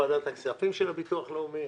את יו"ר ועדת הכספים של הביטוח הלאומי,